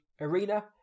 arena